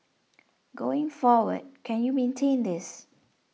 going forward can you maintain this